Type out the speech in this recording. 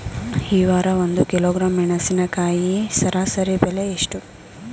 ಈ ವಾರ ಒಂದು ಕಿಲೋಗ್ರಾಂ ಮೆಣಸಿನಕಾಯಿಯ ಸರಾಸರಿ ಬೆಲೆ ಎಷ್ಟು?